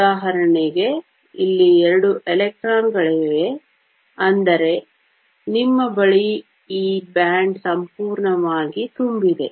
ಉದಾಹರಣೆಗೆ ಇಲ್ಲಿ ಎರಡು ಎಲೆಕ್ಟ್ರಾನ್ಗಳಿವೆ ಅಂದರೆ ನಿಮ್ಮ ಬಳಿ ಈ ಬ್ಯಾಂಡ್ ಸಂಪೂರ್ಣವಾಗಿ ತುಂಬಿದೆ